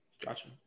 gotcha